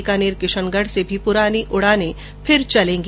बीकानेर किशनगढ़ से भी पुरानी उंड़ाने फिर चलेगी